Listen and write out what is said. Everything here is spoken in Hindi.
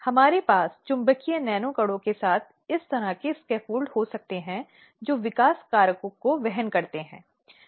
और अंत में उन्हें रिपोर्ट देनी होगी जिसे नियोक्ता को लिखना और प्रस्तुत करना होगा